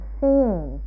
seeing